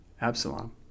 Absalom